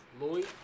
Lloyd